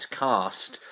cast